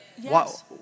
Yes